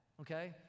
okay